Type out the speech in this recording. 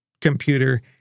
computer